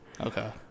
Okay